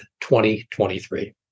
2023